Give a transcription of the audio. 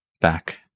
back